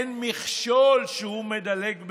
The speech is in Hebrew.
אין מכשול שהוא מדלג מעליו,